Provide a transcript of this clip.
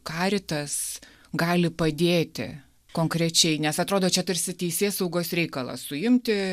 karitas gali padėti konkrečiai nes atrodo čia tarsi teisėsaugos reikalas suimti